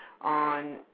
on